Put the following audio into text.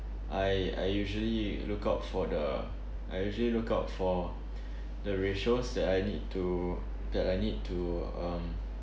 I I usually look out for the I usually look out for the ratios that I need to that I need to um